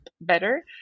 better